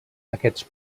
aquests